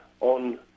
on